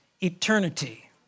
eternity